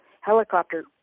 helicopter